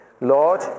Lord